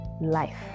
life